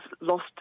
lost